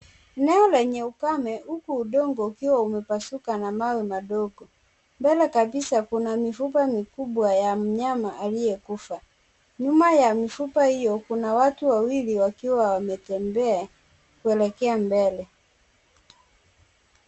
Eneo lenye ukame huku udongo ukiwa umepasuka na mawe madogo. Mbele kabisa kuna mifupa mikubwa ya mnyama aliyekufa. Nyuma ya mifupa hiyo kuna watu wawili wakiwa wametembea kuelekea mbele.